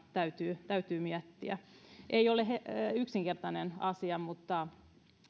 täytyy täytyy miettiä monelta kantilta ei ole yksinkertainen asia mutta